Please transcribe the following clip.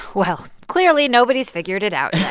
well, clearly, nobody's figured it out yeah